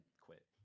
quit